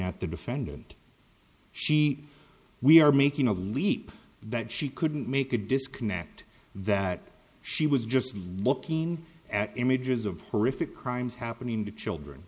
at the defendant she we are making a leap that she couldn't make a disconnect that she was just what king at images of horrific crimes happening to children